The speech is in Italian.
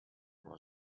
può